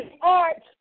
art